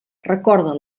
recorda